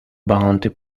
bounty